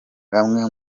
bamwe